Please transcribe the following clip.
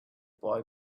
boy